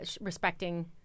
respecting